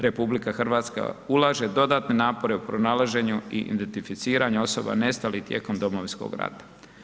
RH ulaže dodatne napore u pronalaženjui identficiranju osoba nestalih tijekom Domovinskog rata.